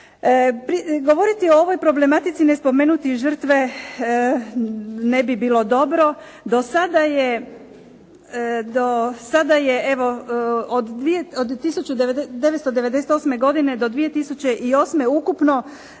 Govoriti o ovoj problematici ne spomenuti žrtve ne bi bilo dobro. Do sada je evo od 1998. godine do 2008. ukupno